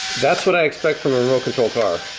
that's what i expect from a remote-control car.